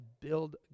build